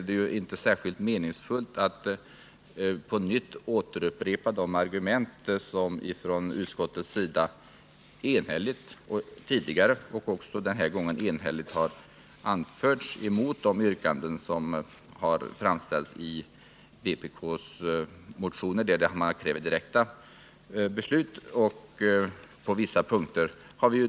Det är inte särskilt meningsfullt att upprepa de argument som ett enigt utskott tidigare har anfört mot vpk:s yrkanden om direkta beslut i vissa frågor.